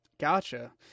Gotcha